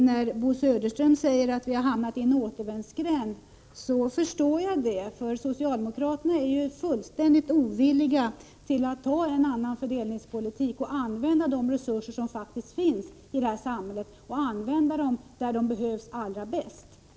När Bo Södersten säger att vi har hamnat i en återvändsgränd förstår jag honom, för socialdemokraterna är fullständigt ovilliga att föra en annan fördelningspolitik och använda de resurser som faktiskt finns i samhället och sätta in dem där de behövs allra bäst.